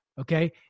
Okay